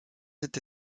été